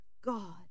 God